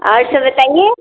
और सब बताइए